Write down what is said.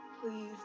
please